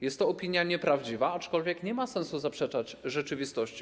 Jest to opinia nieprawdziwa, aczkolwiek nie ma sensu zaprzeczać rzeczywistości.